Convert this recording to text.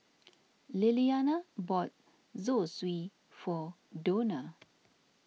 Lilliana bought Zosui for Dona